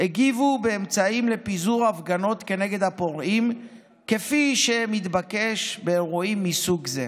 הגיבו באמצעים לפיזור הפגנות כנגד הפורעים כפי שמתבקש באירועים מסוג זה.